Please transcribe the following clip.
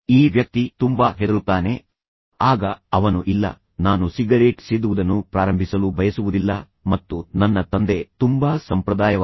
ಈ ವ್ಯಕ್ತಿ ತುಂಬಾ ಹೆದರುತ್ತಾನೆ ಆಗ ಅವನು ಇಲ್ಲ ನಾನು ಸಿಗರೇಟ್ ಸೇದುವುದನ್ನು ಪ್ರಾರಂಭಿಸಲು ಬಯಸುವುದಿಲ್ಲ ಮತ್ತು ನಂತರ ನನ್ನ ತಂದೆ ತುಂಬಾ ಸಂಪ್ರದಾಯವಾದಿಗಳು